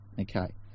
Okay